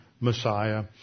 Messiah